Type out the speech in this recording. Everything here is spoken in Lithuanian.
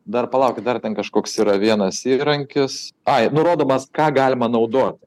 dar palaukit dar ten kažkoks yra vienas įrankis ai nurodomas ką galima naudoti